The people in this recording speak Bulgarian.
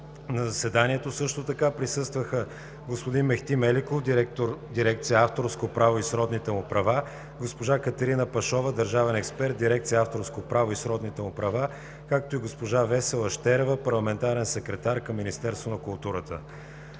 На заседанието също така присъстваха: господин Мехти Меликов – директор на дирекция „Авторско право и сродните му права“, госпожа Катерина Пашова – държавен експерт в дирекция „Авторско право и сродните му права“, както и госпожа Весела Щерева – парламентарен секретар към Министерството на културата.